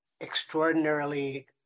extraordinarily